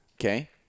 Okay